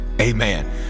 Amen